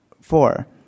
Four